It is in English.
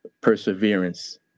perseverance